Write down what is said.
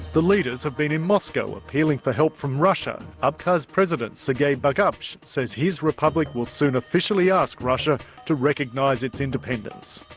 the leaders have been in moscow, appealing for help from russia. abkhaz president, sergei bagapsh says his republic will soon officially ask russia to recognise its independence.